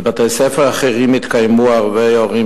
בבתי-ספר אחרים התקיימו ערבי הורים